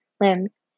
limbs